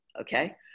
Okay